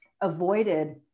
avoided